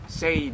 say